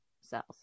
cells